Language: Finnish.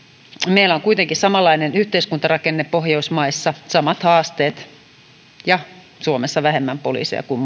meillä on kuitenkin samanlainen yhteiskuntarakenne pohjoismaissa samat haasteet ja suomessa vähemmän poliiseja kuin